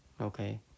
okay